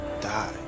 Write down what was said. die